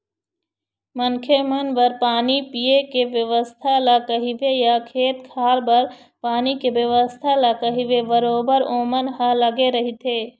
मनखे मन बर पानी पीए के बेवस्था ल कहिबे या खेत खार बर पानी के बेवस्था ल कहिबे बरोबर ओमन ह लगे रहिथे